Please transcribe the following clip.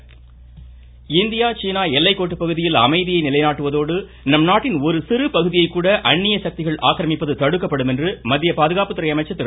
Rajnath Singh India சீன எல்லைக் கோட்டுப்பகுதியில் அமைதியை நிலைநாட்டுவதோடு நம்நாட்டின் ஒரு சிறுபகுதி கூட அன்னிய சக்திகள் ஆக்கிரமிப்பதை தடுக்கப்படும் என்று மத்திய பாதுகாப்புத்துறை அமைச்சர் திரு